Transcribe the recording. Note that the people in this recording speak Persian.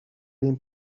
این